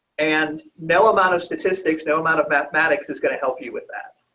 and mel amount of statistics, no amount of mathematics is going to help you with that.